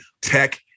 tech